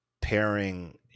pairing